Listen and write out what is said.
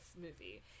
movie